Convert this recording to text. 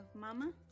Mama